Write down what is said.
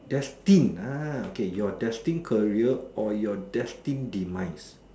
destined ah okay your destined career or your destined demise